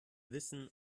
wissen